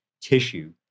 tissue